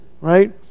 right